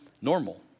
normal